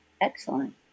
Excellent